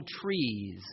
trees